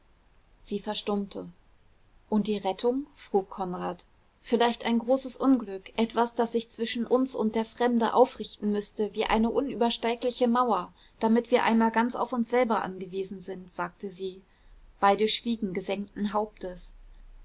sie verstummte und die rettung frug konrad vielleicht ein großes unglück etwas das sich zwischen uns und der fremde aufrichten müßte wie eine unübersteigliche mauer damit wir einmal ganz auf uns selber angewiesen sind sagte sie beide schwiegen gesenkten hauptes